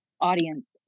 audience